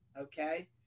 Okay